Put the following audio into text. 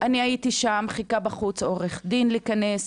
אני הייתי שם וחיכה בחוץ עורך דין להיכנס,